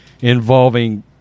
Involving